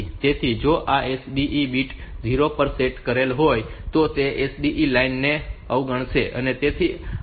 તેથી જો આ SDE બીટ 0 પર સેટ કરેલ હોય તો તે આ SDO લાઇન ને અવગણશે